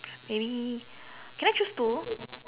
maybe can I choose two